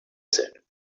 said